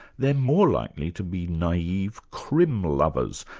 they're more likely to be naive crim lovers,